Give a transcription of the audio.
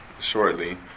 shortly